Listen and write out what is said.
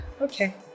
Okay